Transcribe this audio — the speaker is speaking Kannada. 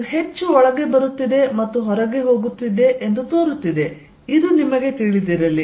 ಇದು ಹೆಚ್ಚು ಒಳಗೆ ಬರುತ್ತಿದೆ ಮತ್ತು ಹೊರಗೆ ಹೋಗುತ್ತಿದೆ ಎಂದು ತೋರುತ್ತಿದೆ ಇದು ನಿಮಗೆ ತಿಳಿದಿರಲಿ